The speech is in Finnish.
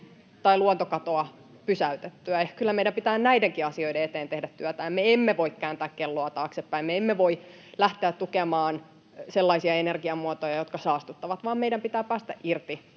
[Hannu Hoskosen välihuuto] Kyllä meidän pitää näidenkin asioiden eteen tehdä työtä, ja me emme voi kääntää kelloa taaksepäin. Me emme voi lähteä tukemaan sellaisia energiamuotoja, jotka saastuttavat, vaan meidän pitää päästä irti